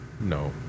No